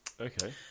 Okay